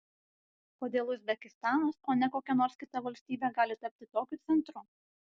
kodėl uzbekistanas o ne kokia nors kita valstybė gali tapti tokiu centru